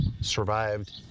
survived